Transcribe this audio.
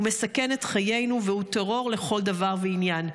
הוא מסכן את חיינו והוא טרור לכל דבר ועניין,